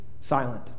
silent